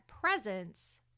presence